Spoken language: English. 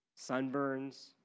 sunburns